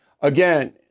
again